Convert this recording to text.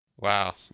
Wow